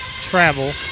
Travel